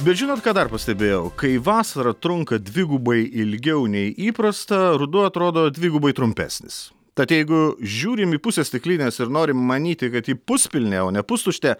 bet žinot ką dar pastebėjau kai vasara trunka dvigubai ilgiau nei įprasta ruduo atrodo dvigubai trumpesnis tad jeigu žiūrim į pusę stiklinės ir norim manyti kad ji puspilnė o ne pustuštė